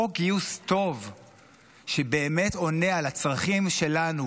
חוק גיוס טוב שבאמת עונה על הצרכים שלנו